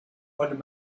old